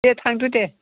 दे थांदो दे